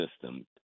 system